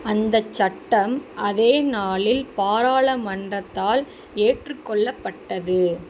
அந்த சட்டம் அதே நாளில் பாராளமன்றத்தால் ஏற்றுக்கொள்ளப்பட்டது